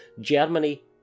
Germany